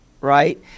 right